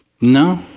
No